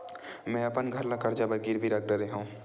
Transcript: मेहा अपन घर ला कर्जा बर गिरवी रख डरे हव